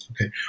Okay